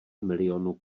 milionů